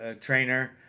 trainer